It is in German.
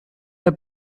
der